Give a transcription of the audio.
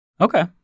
Okay